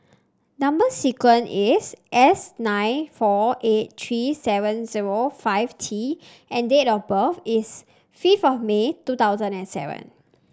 number sequence is S nine four eight three seven zero five T and date of birth is fifth of May two thousand and seven